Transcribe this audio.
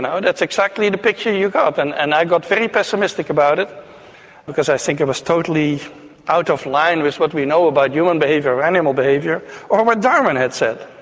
ah and that's exactly the picture you got, and and i got very pessimistic about it because i think it was totally out of line with what we know about human behaviour or animal behaviour or what darwin had said,